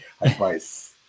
advice